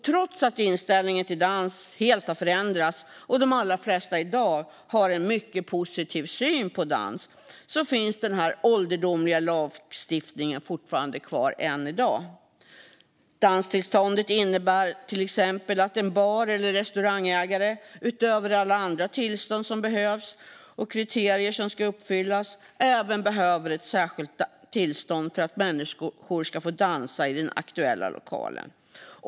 Trots att inställningen till dans helt har förändrats och de allra flesta i dag har en mycket positiv syn på dans finns denna ålderdomliga lagstiftning kvar än i dag. Danstillståndet innebär till exempel att en bar eller restaurangägare, utöver alla andra tillstånd som behövs och kriterier som ska uppfyllas, även behöver ett särskilt tillstånd för att människor ska få dansa i den aktuella lokalen.